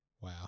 Wow